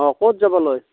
অঁ ক'ত যাবলৈ